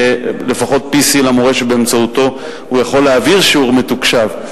ולפחות PC למורה שבאמצעותו הוא יכול להעביר שיעור מתוקשב.